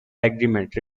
agreement